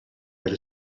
oedd